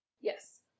Yes